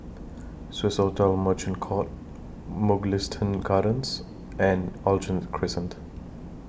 Swissotel Merchant Court Mugliston Gardens and Aljunied Crescent